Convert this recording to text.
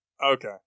Okay